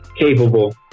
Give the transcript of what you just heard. capable